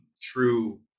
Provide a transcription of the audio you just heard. true